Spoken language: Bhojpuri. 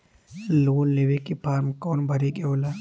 लोन लेवे के फार्म कौन भरे के होला?